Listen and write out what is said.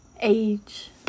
age